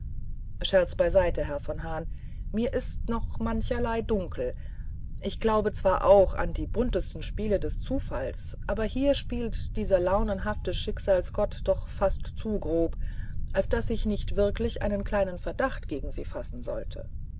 scherz beiseite herr von hahn mir ist noch mancherlei dunkel ich glaube zwar auch an die buntesten spiele des zufalls aber hier spielt dieser launenhafte schicksalsgott doch fast zu grob als daß ich nicht wirklich einen kleinen verdacht gegen sie fassen sollte